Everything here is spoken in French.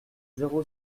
zéro